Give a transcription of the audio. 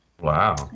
wow